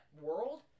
world